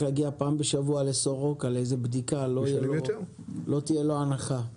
להגיע פעם בשבוע לסורוקה לבדיקה לא תהיה לו הנחה?